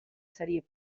serie